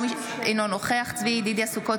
אינו נוכח צבי ידידיה סוכות,